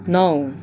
नौ